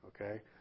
Okay